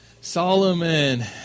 Solomon